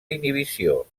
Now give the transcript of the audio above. inhibició